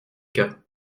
cas